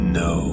no